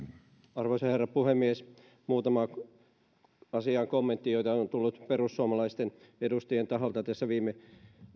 arvoisa herra puhemies kommentti muutamaan asiaan joita on tullut perussuomalaisten edustajien taholta tässä viime